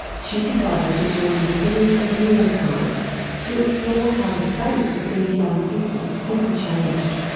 she decided to join the field of neuroscience to explore how the fate of these young people could be changed.